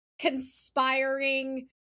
conspiring